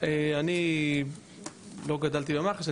אני לא גדלתי במח"ש.